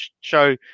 show